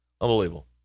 Unbelievable